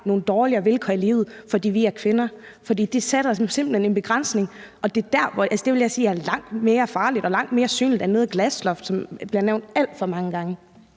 nogle dårligere vilkår i livet, fordi vi er kvinder, for det sætter simpelt hen en begrænsning for dem, og det vil jeg sige er langt mere farligt og langt mere synligt end det glasloft, der bliver nævnt alt for mange gange.